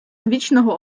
вічного